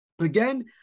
again